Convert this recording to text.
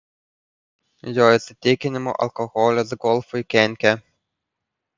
jo įsitikinimu alkoholis golfui kenkia